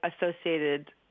associated